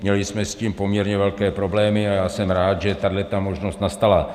Měli jsme s tím poměrně velké problémy a jsem rád, že tahleta možnost nastala.